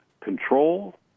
control